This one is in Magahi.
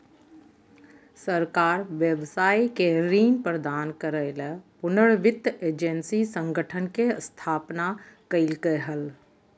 सरकार व्यवसाय के ऋण प्रदान करय ले पुनर्वित्त एजेंसी संगठन के स्थापना कइलके हल